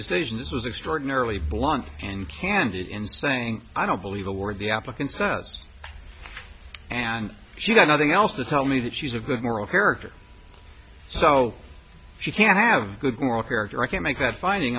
decisions was extraordinarily blunt and candid in saying i don't believe a word the applicant sounds and she got nothing else to tell me that she's a good moral character so she can have good moral character i can make that finding